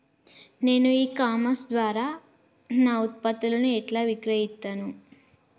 నేను e commerce ద్వారా నా ఉత్పత్తులను ఎట్లా విక్రయిత్తను?